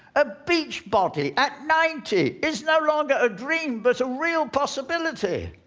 a beach party at ninety is no longer a dream but a real possibility.